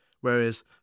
Whereas